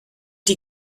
die